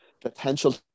potential